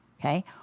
Okay